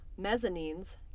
mezzanines